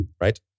Right